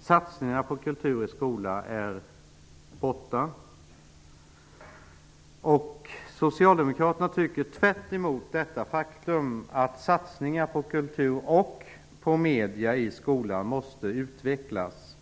Satsningarna på kultur i skolan är borta. Socialdemokraterna tycker, tvärtemot detta faktum, att satsningar på kultur och på medier i skolan måste utvecklas.